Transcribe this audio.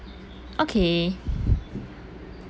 okay